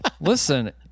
Listen